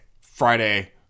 Friday